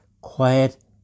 quiet